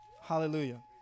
Hallelujah